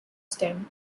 stem